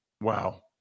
wow